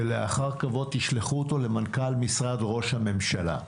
ולאחר כבוד תשלחו אותו למנכ"ל משרד ראש הממשלה.